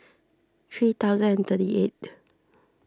three thousand and thirty eighth